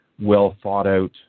well-thought-out